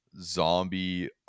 zombie